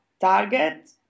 target